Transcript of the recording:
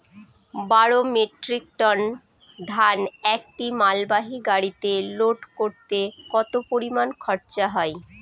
বারো metric ton ধান একটি মালবাহী গাড়িতে লোড করতে কতো পরিমাণ খরচা হয়?